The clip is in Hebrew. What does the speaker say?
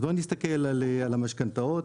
בואו נסתכל על המשכנתאות.